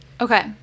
Okay